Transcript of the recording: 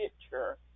picture